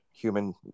Human